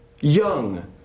young